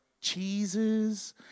cheeses